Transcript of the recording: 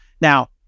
Now